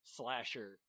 slasher